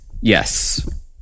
Yes